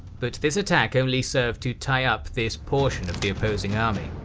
but this attack only served to tie-up this portion of the opposing army.